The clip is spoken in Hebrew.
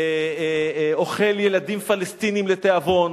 אוכל ילדים פלסטינים לתיאבון.